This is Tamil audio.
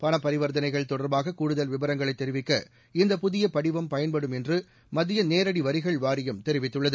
பணப்பரிவர்த்தளைகள் தொடர்பாக கூடுதல் விவரங்களை தெரிவிக்க இந்தப் புதிய படிவம் பயன்படும் என்று மத்திய நேரடி வரிகள் வாரியம் தெரிவித்துள்ளது